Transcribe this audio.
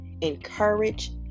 encourage